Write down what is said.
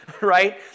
right